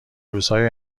روزهای